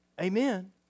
Amen